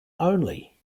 only